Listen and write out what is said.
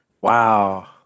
wow